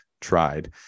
tried